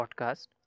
podcast